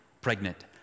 pregnant